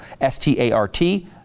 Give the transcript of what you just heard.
S-T-A-R-T